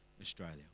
Australia